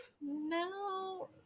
No